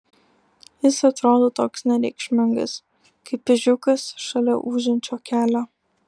jis atrodo toks nereikšmingas kaip ežiukas šalia ūžiančio kelio